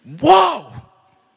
whoa